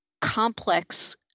complex